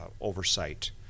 oversight